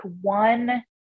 one